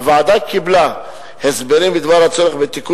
הוועדה קיבלה הסברים בדבר הצורך בתיקון